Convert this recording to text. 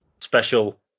special